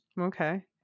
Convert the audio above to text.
Okay